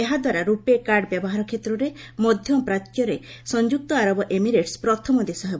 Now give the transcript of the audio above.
ଏହା ଦ୍ୱାରା ରୁପେ କାର୍ଡ ବ୍ୟବହାର କ୍ଷେତ୍ରରେ ମଧ୍ୟ ପ୍ରାଚ୍ୟରେ ସଂଯୁକ୍ତ ଆରବ ଏମିରେଟ୍ସ ପ୍ରଥମ ଦେଶ ହେବ